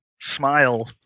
smile